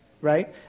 right